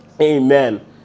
Amen